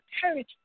courage